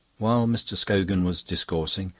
while mr. scogan was discoursing,